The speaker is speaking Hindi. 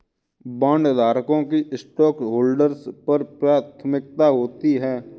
बॉन्डधारकों की स्टॉकहोल्डर्स पर प्राथमिकता होती है